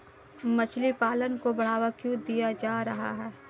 मछली पालन को बढ़ावा क्यों दिया जा रहा है?